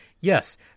Yes